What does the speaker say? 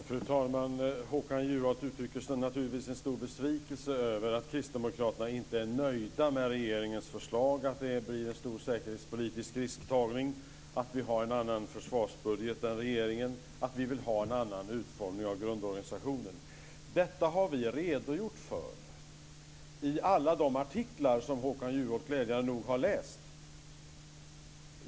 Fru talman! Håkan Juholt uttrycker naturligtvis stor besvikelse över att Kristdemokraterna inte är nöjda med regeringens förslag - dvs. att det blir en stor säkerhetspolitisk risktagning, att vi har en annan försvarsbudget än regeringen och att vi vill ha en annan utformning av grundorganisationen. Detta har vi redogjort för i alla de artiklar som Håkan Juholt, glädjande nog, har läst.